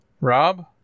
Rob